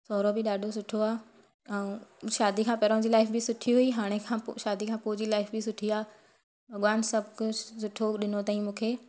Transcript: सहुरो बि ॾाढो सुठो आहे ऐं शादी खां पहिरियों जी लाइफ बि सुठी हुई हाणे खां शादी खां पोइ जी लाइफ बि सुठी आहे भॻिवान सभु कुझु सुठो ॾिनो अथई मूंखे